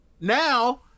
Now